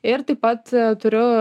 ir taip pat turiu